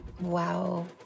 Wow